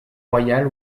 royal